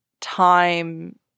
time